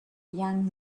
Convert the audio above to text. young